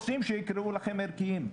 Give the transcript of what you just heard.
אבל אתם רוצים שיקראו לכם ערכיים.